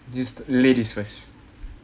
just ladies first